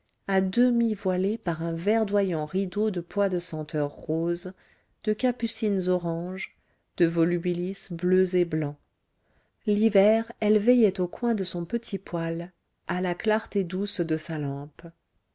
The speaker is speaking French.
à demi voilée par un verdoyant rideau de pois de senteur roses de capucines orange de volubilis bleus et blancs l'hiver elle veillait au coin de son petit poêle à la clarté douce de sa lampe